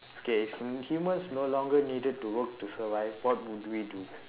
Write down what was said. okay if hu~ humans no longer needed to work to survive what would we do